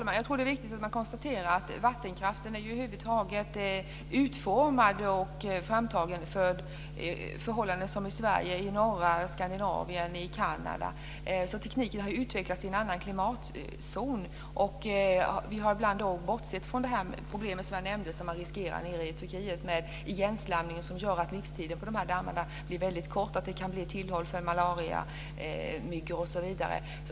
Fru talman! Det är viktigt att konstatera att vattenkraften över huvud taget är utformad och framtagen för förhållanden som i Sverige, i norra Skandinavien och i Kanada. Tekniken har utvecklats i en annan klimatzon. Vi har ibland bortsett från de problem som man riskerar nere i Turkiet, som jag nämnde, med igenslamning som gör att livstiden för dammarna blir väldigt kort, att dammarna kan bli tillhåll för malariamyggor osv.